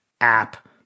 app